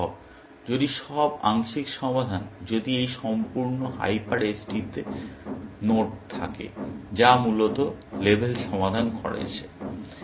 এটা সম্ভব যদি সব আংশিক সমাধান যদি এই সম্পূর্ণ হাইপার এজটিতে নোড থাকে যা মূলত লেবেল সমাধান করেছে